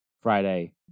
Friday